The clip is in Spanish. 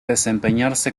desempeñarse